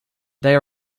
they